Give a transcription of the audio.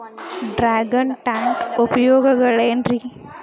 Dragon tank ಉಪಯೋಗಗಳೆನ್ರಿ?